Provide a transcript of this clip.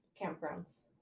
campgrounds